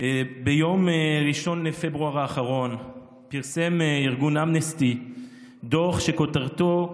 ביום 1 לפברואר האחרון פרסם ארגון אמנסטי דוח שכותרתו: